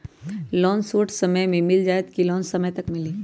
Loan short समय मे मिल जाएत कि लोन समय तक मिली?